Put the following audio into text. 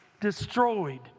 destroyed